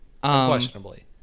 Questionably